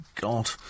God